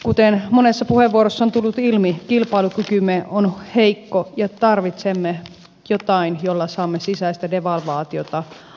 kuten monessa puheenvuorossa on tullut ilmi kilpailukykymme on heikko ja tarvitsemme jotain jolla saamme sisäistä devalvaatiota aikaiseksi